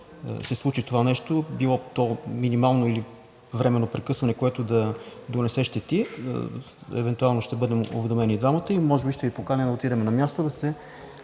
се случи това нещо, било то минимално или временно прекъсване, което да донесе щети, евентуално ще бъдем уведомени и двамата и може би ще Ви поканя да отидем на място да се